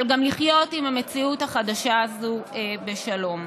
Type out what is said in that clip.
אבל גם לחיות עם המציאות החדשה הזו בשלום.